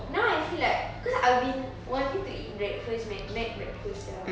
now I feel like cause I've been wanting to eat breakfast Mac McBreakfast sia